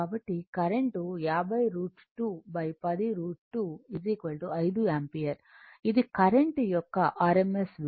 కాబట్టి current 50 √ 2 10 √ 2 5 ampere ఇది current యొక్క rms విలువ